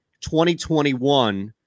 2021